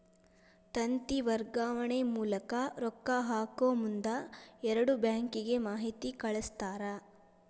ತಂತಿ ವರ್ಗಾವಣೆ ಮೂಲಕ ರೊಕ್ಕಾ ಹಾಕಮುಂದ ಎರಡು ಬ್ಯಾಂಕಿಗೆ ಮಾಹಿತಿ ಕಳಸ್ತಾರ